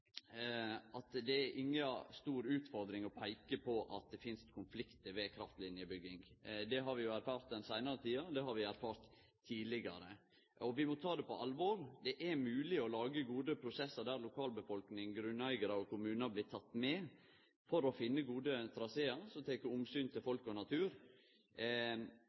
Det er inga stor utfordring å peike på at det finst konfliktar ved kraftlinjebygging. Det har vi jo erfart den seinare tida, og det har vi erfart tidlegare. Vi må ta det på alvor. Det er mogleg å lage gode prosessar der lokalbefolkning, grunneigarar og kommunar blir tekne med for å finne gode trasear som tek omsyn til folk og natur.